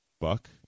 buck